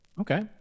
Okay